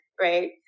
right